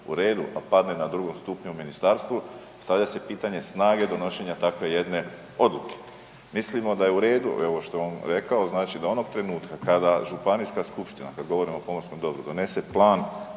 u redu, a padne na drugom stupnju u ministarstvu, postavlja se pitanje snage donošenja takve jedne odluke. Mislimo da je u redu ovo što je on rekao, znači da onog trenutka kada županijska skupština, kada govorimo o pomorskom dobru, donese plan